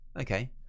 Okay